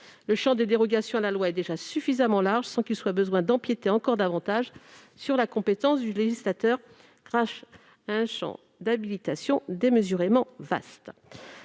Le champ des dérogations à la loi est déjà suffisamment large sans qu'il soit besoin d'empiéter encore davantage sur la compétence du législateur grâce à un champ d'habilitation démesurément vaste.